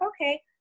okay